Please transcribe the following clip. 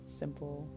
simple